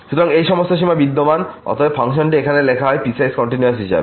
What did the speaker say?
সুতরাং এই সমস্ত সীমা বিদ্যমান অতএব এই ফাংশনটি এখানে লেখা হয়পিসওয়াইস কন্টিনিউয়াস হিসাবে